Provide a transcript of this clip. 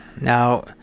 now